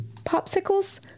popsicles